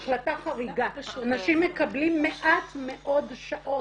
אנשים מקבלים מעט מאוד שעות,